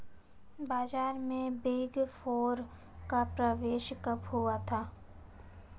बाजार में big four का प्रवेश कब हुआ था?